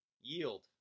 yield